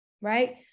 right